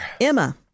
Emma